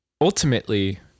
ultimately